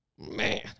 Man